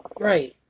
Right